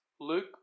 Luke